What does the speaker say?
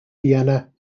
vienna